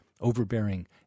Overbearing